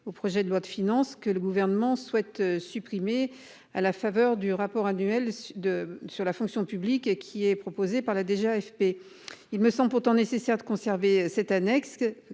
au projet de loi de finances que le gouvernement souhaite supprimer à la faveur du rapport annuel de sur la fonction publique et qui est proposé par la déjà. AFP. Il me semble pourtant nécessaire de conserver cette annexe